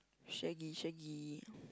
shaggy shaggy